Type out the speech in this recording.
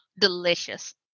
delicious